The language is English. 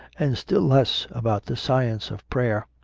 and still less about the science of prayer.